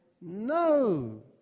no